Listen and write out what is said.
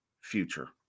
future